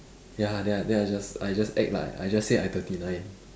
ya lah then I then I just I just act like I just say I thirty nine